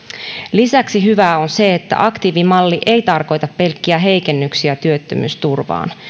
lisäksi hyvää on se että aktiivimalli ei tarkoita pelkkiä heikennyksiä työttömyysturvaan